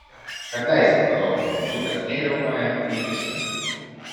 atleisk adomai liūtas nei riaumoja nei tuštinasi